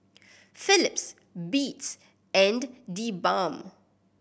Philips Beats and TheBalm